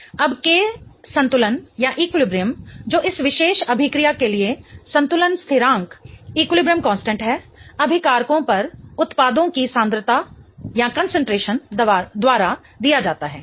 अब K संतुलन जो इस विशेष अभिक्रिया के लिए संतुलन स्थिरांक है अभिकारकों पर उत्पादों की सांद्रता द्वारा दिया जाता है